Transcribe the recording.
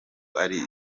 ari